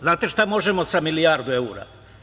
Znate li šta možemo sa milijardu evra?